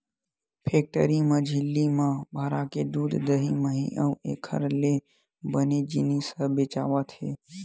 factory म झिल्ली म भराके दूद, दही, मही अउ एखर ले बने जिनिस ह बेचावत हे